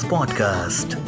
Podcast